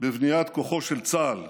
בבניית כוחו של צה"ל,